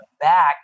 back